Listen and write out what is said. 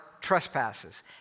trespasses